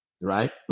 right